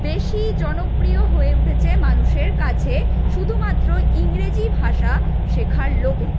বেশি জনপ্রিয় হয়ে উঠেছে মানুষের কাছে শুধুমাত্র ইংরেজি ভাষা শেখার লোভে